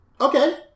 Okay